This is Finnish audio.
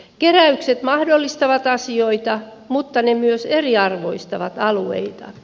keräykset mahdollistavat asioita mutta ne myös eriarvoistavat alueita